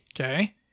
Okay